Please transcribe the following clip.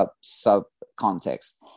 sub-context